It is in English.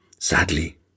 Sadly